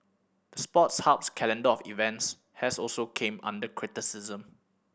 the Sports Hub's calendar of events has also came under criticism